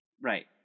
Right